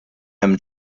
hemm